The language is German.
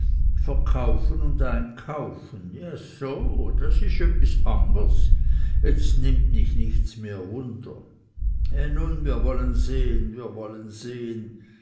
verkaufen und einkaufen jä so das ist öppis angers jetzt nimmts mich nicht mehr wunder he nun wir wollen sehen wir wollen sehen